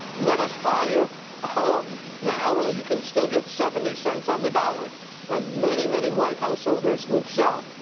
let us buy your home now while you can still get seventy cents on the dollar and many, many white householders would sell.